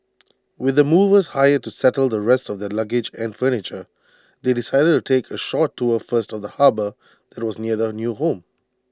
with the movers hired to settle the rest of the luggage and furniture they decided to take A short tour first of the harbour that was near the new home